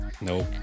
Nope